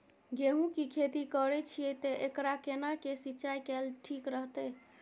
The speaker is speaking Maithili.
गेहूं की खेती करे छिये ते एकरा केना के सिंचाई कैल ठीक रहते?